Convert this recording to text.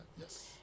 Yes